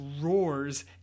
roars